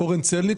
אורן צמיק,